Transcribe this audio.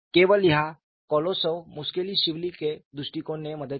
केवल यहाँ Kolosov Muskhelishvili के दृष्टिकोण ने मदद की